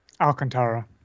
Alcantara